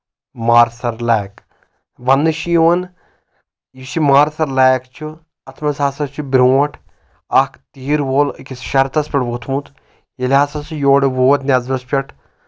مارسر لیک وَننہٕ چھِ یِوان یُس یہِ مارسر لیک چھُ اتھ منٛز ہسا چھُ برٛونٛٹھ اکھ تیٖر وول أکِس شرتس پؠٹھ ووٚتھمُت ییٚلہِ ہسا چھُ رٕووت نیصبس پؠٹھ